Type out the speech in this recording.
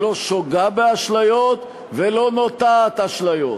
שלא שוגה באשליות ולא נוטעת אשליות.